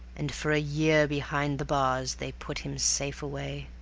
and for a year behind the bars they put him safe away.